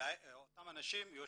אותם אנשים זה